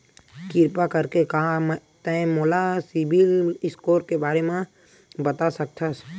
किरपा करके का तै मोला सीबिल स्कोर के बारे माँ बता सकथस?